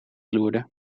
loerde